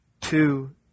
two